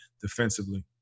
defensively